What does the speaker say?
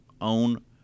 own